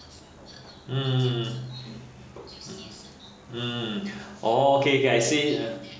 mm mm orh okay okay I see